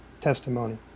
testimony